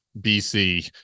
BC